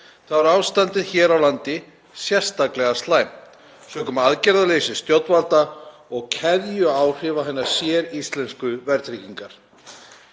er ástandið hér á landi sérstaklega slæmt sökum aðgerðaleysis stjórnvalda og keðjuáhrifa hinnar séríslensku verðtryggingar.